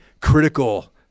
critical